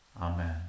Amen